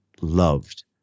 loved